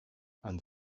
and